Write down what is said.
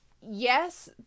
yes